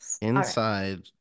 Inside